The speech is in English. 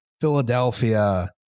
Philadelphia